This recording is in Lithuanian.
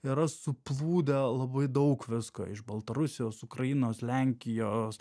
yra suplūdę labai daug visko iš baltarusijos ukrainos lenkijos